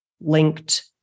linked